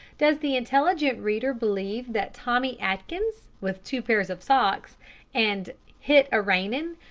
does the intelligent reader believe that tommy atkins, with two pairs of socks and hit a-rainin',